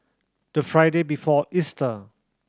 the Friday before Easter